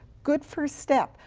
good first step.